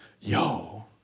yo